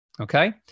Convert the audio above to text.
Okay